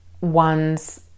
ones